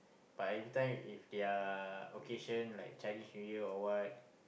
but every time if their occasion like Chinese-New-Year or what